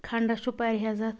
کھنٛڈس چھُ پرہیز اتھ